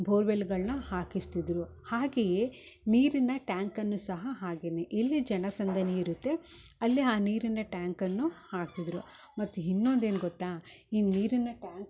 ಬೋರ್ವೆಲ್ಗಳನ್ನ ಹಾಕಿಸ್ತಿದ್ದರು ಹಾಗೆಯೆ ನೀರಿನ ಟ್ಯಾಂಕನ್ನು ಸಹ ಹಾಗೇನೆ ಎಲ್ಲಿ ಜನಸಂದಣಿ ಇರುತ್ತೆ ಅಲ್ಲಿ ಆ ನೀರಿನ ಟ್ಯಾಂಕನ್ನು ಹಾಕಿದ್ದರು ಮತ್ತೆ ಇನ್ನೊಂದು ಏನು ಗೊತ್ತ ಈ ನೀರಿನ ಟ್ಯಾಂಕ್ ಆಗಲಿ